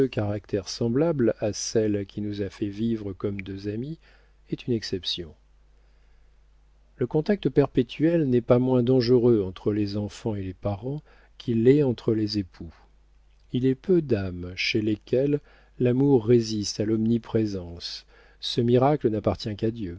semblable à celle qui nous a fait vivre comme deux amies est une exception le contact perpétuel n'est pas moins dangereux entre les enfants et les parents qu'il l'est entre les époux il est peu d'âmes chez lesquelles l'amour résiste à l'omniprésence ce miracle n'appartient qu'à dieu